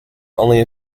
only